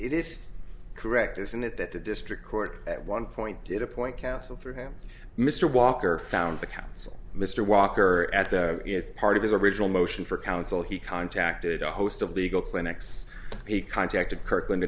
it is correct isn't it that the district court at one point did appoint counsel for him mr walker found the counsel mr walker at the part of his original motion for counsel he contacted a host of legal clinics he contacted kirkland